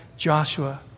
Joshua